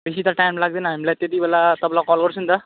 बेसी त टाइम लाग्दैन हामीलाई त्यति बेला तपाईँलाई कल गर्छु नि त